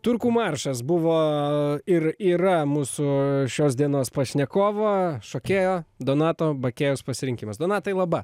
turkų maršas buvo ir yra mūsų šios dienos pašnekovo šokėjo donato bakėjaus pasirinkimas donatai laba